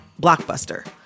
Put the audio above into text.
Blockbuster